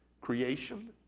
creation